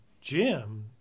Jim